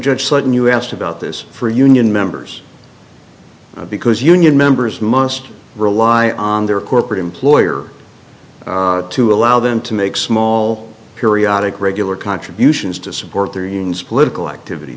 judge sudden you asked about this for union members because union members must rely on their corporate employer to allow them to make small periodic regular contributions to support their unions political activity